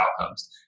outcomes